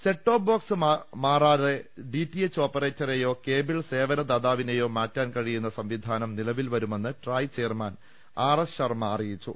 set-top box മാറ്റാതെ D T H ഓപ്പറേറ്ററെയോ cable സേവന ദാതാവിനെയോ മാറ്റാൻ കഴിയുന്ന സംവിധാനം നിലവിൽ വരുമെന്ന് TRAI chairman R S Sharma അറിയി ച്ചു